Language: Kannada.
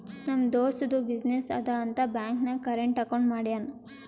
ನಮ್ ದೋಸ್ತದು ಬಿಸಿನ್ನೆಸ್ ಅದಾ ಅಂತ್ ಬ್ಯಾಂಕ್ ನಾಗ್ ಕರೆಂಟ್ ಅಕೌಂಟ್ ಮಾಡ್ಯಾನ್